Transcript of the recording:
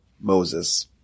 Moses